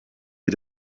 you